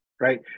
right